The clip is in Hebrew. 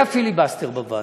היה פיליבסטר בוועדה.